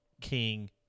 king